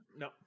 no